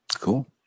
cool